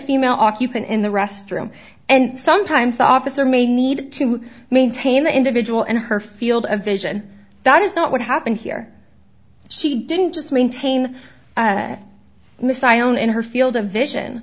female occupant in the restroom and sometimes the officer may need to maintain the individual in her field of vision that is not what happened here she didn't just maintain this i own in her field